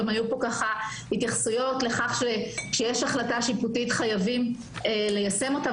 היו פה גם התייחסויות לכך שכשיש החלטה שיפוטית חייבים ליישם אותה,